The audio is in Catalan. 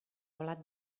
blat